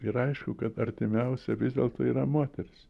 ir aišku kad artimiausia vis dėlto yra moteris